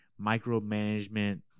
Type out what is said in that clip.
micromanagement